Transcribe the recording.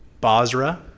Basra